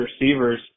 receivers